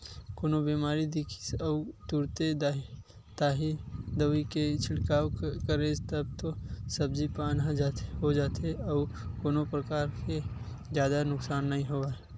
कोनो बेमारी दिखिस अउ तुरते ताही दवई के छिड़काव करेस तब तो सब्जी पान हो जाथे अउ कोनो परकार के जादा नुकसान नइ होवय